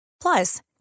Plus